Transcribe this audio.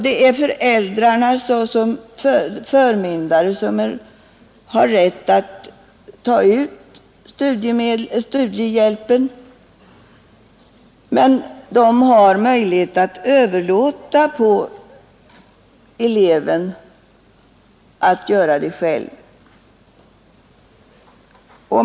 Det är föräldrarna såsom förmyndare som har rätt att ta ut studiehjälpen, men de har möjlighet att överlåta på eleven att göra det själv.